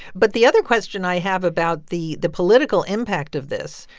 but the other question i have about the the political impact of this,